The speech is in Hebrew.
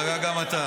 גועל נפש.